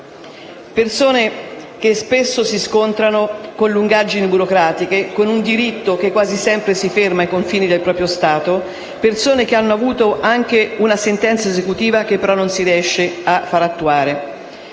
persone che spesso si scontrano con lungaggini burocratiche, con un diritto che quasi sempre si ferma ai confini del proprio Stato; persone che hanno avuto anche una sentenza esecutiva, che non si riesce però a fare attuare.